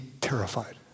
terrified